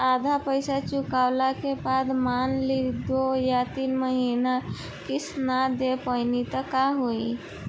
आधा पईसा चुकइला के बाद मान ली दो या तीन महिना किश्त ना दे पैनी त का होई?